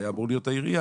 היה אמור להיות העירייה.